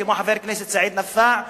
כמו חבר הכנסת סעיד נפאע ואחרים,